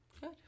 Good